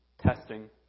testing